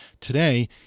Today